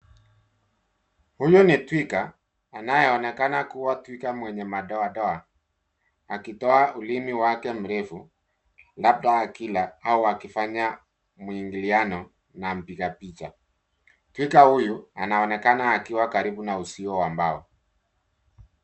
Huyu ni twiga anayeonekana kuwa twiga mwenye madoadoa akitoa ulimi wake mrefu labda akila au akifanya mwingiliano na mpiga picha. Twiga huyu, anaonekana akiwa karibu na uzio wa mbao.